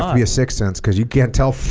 um be a sixth sense because you can't tell